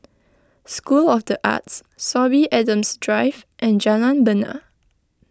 School of the Arts Sorby Adams Drive and Jalan Bena